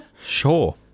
Sure